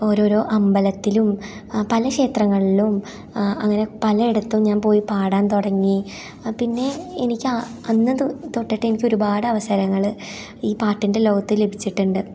ഓരോരോ അമ്പലത്തിലും പല ക്ഷേത്രങ്ങളിലും അങ്ങനെ പലയിടത്തും ഞാൻ പോയി പാടാൻ തുടങ്ങി പിന്നെ എനിക്ക് അന്ന് തോ തൊട്ടിട്ട് ഒരുപാട് അവസരങ്ങൾ ഈ പാട്ടിന്റെ ലോകത്ത് ലഭിച്ചിട്ടുണ്ട്